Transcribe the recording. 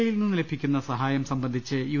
ഇയിൽ നിന്ന് ലഭിക്കുന്ന സഹായം സംബന്ധിച്ച് യു